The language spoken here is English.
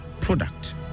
product